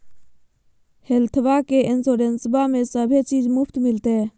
हेल्थबा के इंसोरेंसबा में सभे चीज मुफ्त मिलते?